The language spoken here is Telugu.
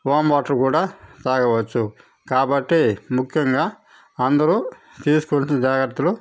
వాము వాటర్ కూడా తాగవచ్చు కాబట్టి ముఖ్యంగా అందరూ తీసుకుంటున్న జాగ్రత్తలు